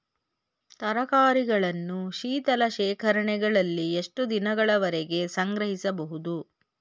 ತರಕಾರಿಗಳನ್ನು ಶೀತಲ ಶೇಖರಣೆಗಳಲ್ಲಿ ಎಷ್ಟು ದಿನಗಳವರೆಗೆ ಸಂಗ್ರಹಿಸಬಹುದು?